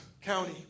County